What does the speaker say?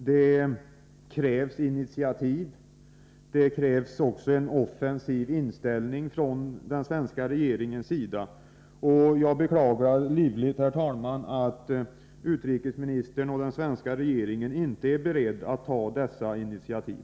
Det krävs initiativ, och det krävs också en offensiv inställning från den svenska regeringens sida. Jag beklagar livligt, herr talman, att utrikesministern och den svenska regeringen inte är beredd att ta dessa initiativ.